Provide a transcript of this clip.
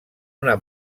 una